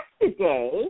yesterday